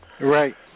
right